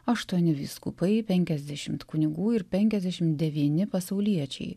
aštuoni vyskupai penkiasdešimt kunigų ir penkiasdešim devyni pasauliečiai